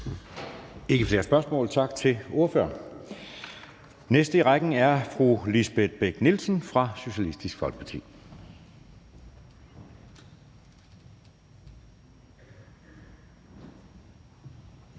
ikke flere spørgsmål, så tak til ordføreren. Næste i rækken er fru Lisbeth Bech-Nielsen fra Socialistisk Folkeparti. Kl.